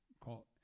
call